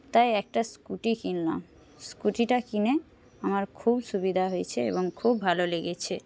তাই একটা স্কুটি কিনলাম স্কুটিটা কিনে আমার খুব সুবিধা হয়েছে এবং খুব ভালো লেগেছে